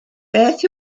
beth